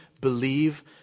believe